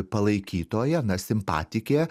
palaikytoja na simpatikė